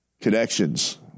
Connections